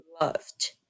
loved